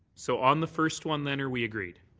so on the first one then are we agreed?